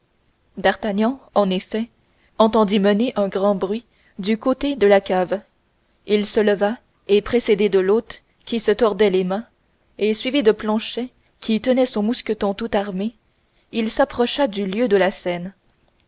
d'artagnan en effet entendit mener un grand bruit du côté de la cave il se leva et précédé de l'hôte qui se tordait les mains et suivi de planchet qui tenait son mousqueton tout armé il s'approcha du lieu de la scène